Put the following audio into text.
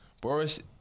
Boris